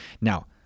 Now